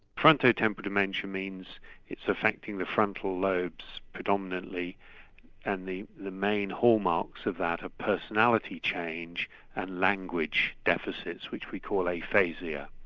frontotemporal dementia means it's affecting the frontal lobes predominantly and the the main hallmarks of that are personality change and language deficits, which we call aphasia.